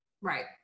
right